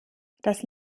das